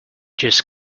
just